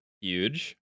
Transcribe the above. Huge